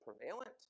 prevalent